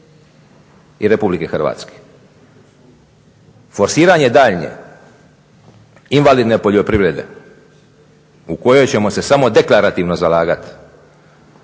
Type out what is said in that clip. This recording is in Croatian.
i Republike Hrvatske. Forsiranje daljnje invalidne poljoprivrede u kojoj ćemo se samo deklarativno zalagati